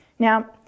Now